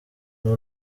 muri